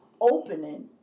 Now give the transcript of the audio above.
opening